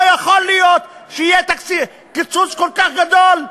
לא יכול להיות שיהיה קיצוץ כל כך גדול,